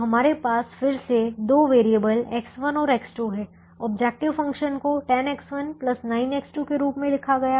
तो हमारे पास फिर से दो वेरिएबल X1 और X2 हैं ऑब्जेक्टिव फ़ंक्शन को 10X1 9X2 के रूप में लिखा गया है